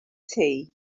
tea